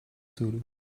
zulu